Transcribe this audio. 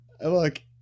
Look